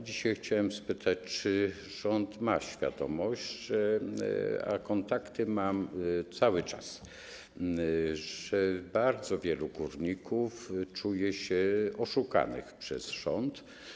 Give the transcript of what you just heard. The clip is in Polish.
Dzisiaj chciałem spytać, czy rząd ma świadomość - a kontakty mam cały czas - że bardzo wielu górników czuje się oszukanych przez rząd.